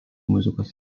muzikos